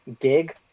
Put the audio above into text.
gig